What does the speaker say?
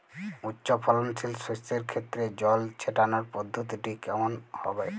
উচ্চফলনশীল শস্যের ক্ষেত্রে জল ছেটানোর পদ্ধতিটি কমন হবে?